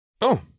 Oh